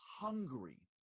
hungry